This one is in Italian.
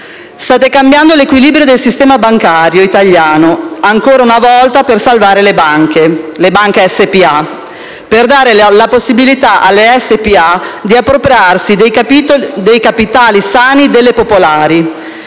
State cambiando l'equilibrio del sistema bancario italiano, ancora una volta, per salvare le banche - le banche SpA - e dare loro la possibilità di appropriarsi dei capitali sani delle popolari.